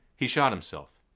he shot himself.